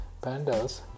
Pandas